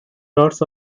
lots